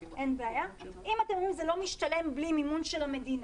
זה לא משתלם בלי מימון של המדינה,